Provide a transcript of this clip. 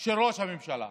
של ראש הממשלה.